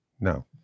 No